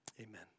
Amen